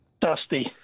Dusty